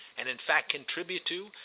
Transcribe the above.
and in fact contribute to,